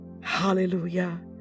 Hallelujah